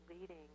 leading